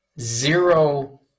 zero